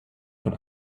von